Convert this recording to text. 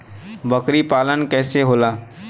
बकरी पालन कैसे होला?